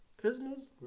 Christmas